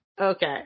Okay